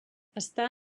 està